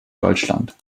deutschland